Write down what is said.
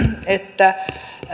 että